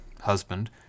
husband